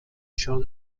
john